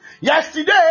Yesterday